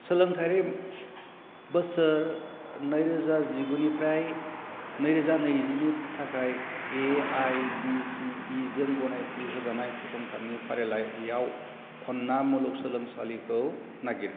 सोलोंथायारि बोसोर नैरोजा जिगु निफ्राय नैरोजा नैजिनि थाखाय एआइदिसिइ जों गनायथि होजानाय फसंथाननि फारिलाइआव खन्ना मुलुगसोलोंसालिखौ नागिर